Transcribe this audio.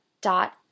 dot